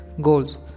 goals